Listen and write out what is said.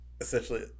essentially